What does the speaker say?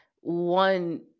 one